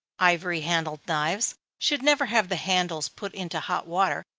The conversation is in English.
ivory-handled knives should never have the handles put into hot water,